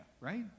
right